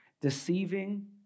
deceiving